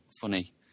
funny